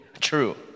true